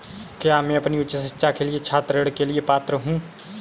क्या मैं अपनी उच्च शिक्षा के लिए छात्र ऋण के लिए पात्र हूँ?